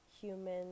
human